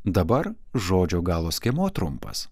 dabar žodžio galo skiemuo trumpas